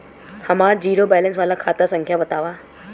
हमार zero balance वाला खाता संख्या वतावा?